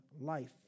life